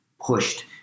pushed